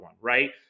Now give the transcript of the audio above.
right